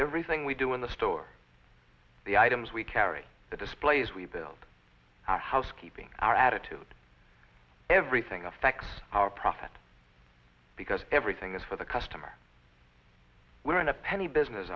everything we do in the store the items we carry the displays we build our housekeeping our attitude everything affects our profit because everything is for the customer we're in a penny business